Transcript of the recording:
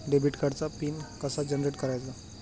Debit कार्डचा pin कसा generate करायचा?